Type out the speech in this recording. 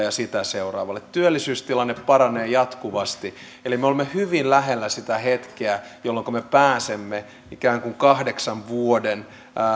ja sitä seuraavalle työllisyystilanne paranee jatkuvasti eli me olemme hyvin lähellä sitä hetkeä jolloinka me me pääsemme ikään kuin kahdeksan vuoden